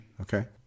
Okay